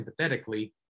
empathetically